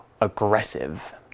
aggressive